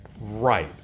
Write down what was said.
Right